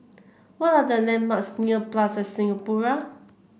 what are the landmarks near Plaza Singapura